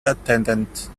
attendant